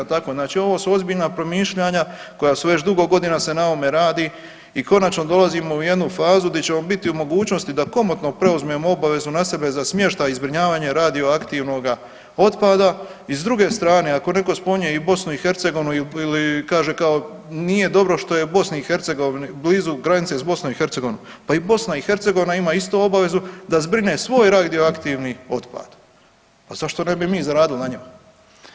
Tako znači ovo su ozbiljna promišljanja koja su već dugo godina se na ovome radi i konačno dolazimo u jednu fazu di ćemo biti u mogućnosti da komotno preuzmemo obavezu na sebe za smještaj i zbrinjavanje radioaktivnoga otpada i s druge strane ako netko spominje i BiH ili kaže kao nije dobro što je u BiH blizu granice s BiH, pa i BiH ima isto obavezu da zbrine svoj radioaktivni otpad, a zašto ne bi mi zaradili na njemu.